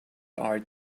art